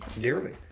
dearly